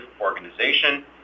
organization